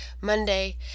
Monday